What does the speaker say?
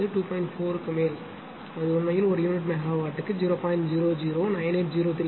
4 க்கு மேல் அது உண்மையில் ஒரு யூனிட் மெகாவாட்டுக்கு 0